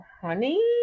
Honey